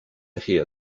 hear